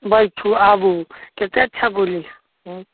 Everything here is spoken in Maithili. बैठू आबू कते अच्छा बोली छै